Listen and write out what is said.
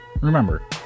Remember